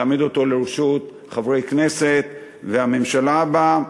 להעמיד אותו לרשות חברי כנסת והממשלה הבאה,